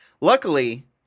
Luckily